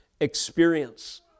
Experience